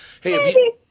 Hey